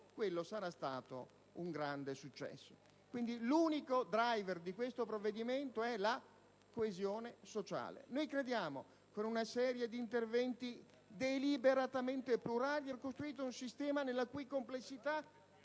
ciò sarà un grande successo. Quindi, l'unico *driver* di questo provvedimento è la coesione sociale. Crediamo, per una serie di interventi deliberatamente plurali, di aver costruito un sistema nella cui complessità